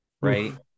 right